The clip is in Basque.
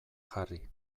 jarri